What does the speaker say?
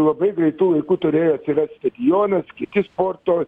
labai greitu laiku turėjo atsirast stadionas kiti sporto